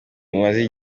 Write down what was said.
umaze